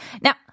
Now